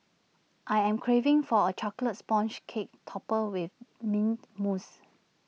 I am craving for A Chocolate Sponge Cake Topped with Mint Mousse